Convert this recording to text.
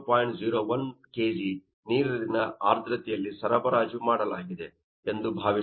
01 kg ನೀರಿನ ಆರ್ದ್ರತೆಯಲ್ಲಿ ಸರಬರಾಜು ಮಾಡಲಾಗಿದೆ ಎಂದು ಭಾವಿಸೋಣ